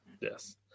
Yes